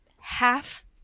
half